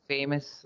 Famous